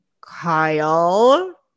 Kyle